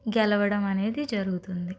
గెలవడం అనేది జరుగుతుంది